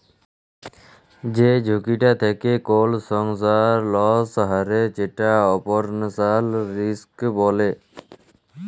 যে ঝুঁকিটা থেক্যে কোল সংস্থার লস হ্যয়ে যেটা অপারেশনাল রিস্ক বলে